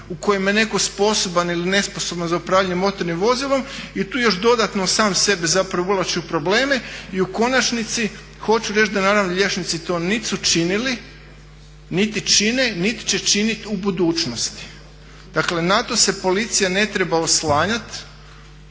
u kojima je netko sposoban ili nesposoban za upravljanje motornim vozilom i tu još dodatno sam sebe zapravo uvlači u probleme. I u konačnici hoću reći da naravno liječnici to nit su činili, niti čine, niti će činit u budućnosti. Dakle na to se policija ne treba oslanjat